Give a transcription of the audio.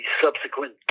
subsequent